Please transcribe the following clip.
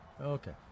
Okay